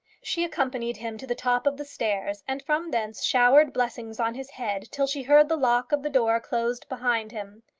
she accompanied him to the top of the stairs, and from thence showered blessings on his head, till she heard the lock of the door closed behind him.